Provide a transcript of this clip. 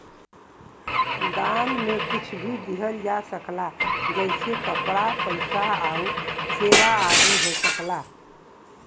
दान में कुछ भी दिहल जा सकला जइसे कपड़ा, पइसा आउर सेवा आदि हो सकला